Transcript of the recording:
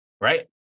right